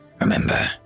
Remember